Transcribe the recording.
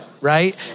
Right